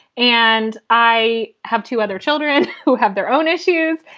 and i have two other children who have their own issues.